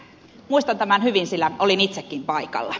muistan tämän hyvin sillä olin itsekin paikalla